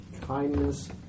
kindness